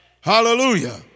Hallelujah